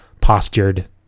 postured